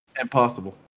impossible